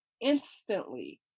instantly